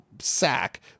sack